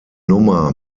nummer